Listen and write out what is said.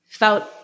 felt